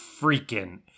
freaking